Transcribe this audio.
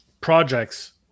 projects